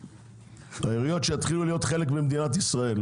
שהעיריות יתחילו להיות חלק ממדינת ישראל,